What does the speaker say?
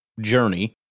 journey